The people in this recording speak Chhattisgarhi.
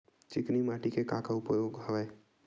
चिकनी माटी के का का उपयोग हवय?